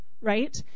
Right